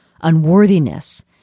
unworthiness